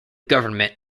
government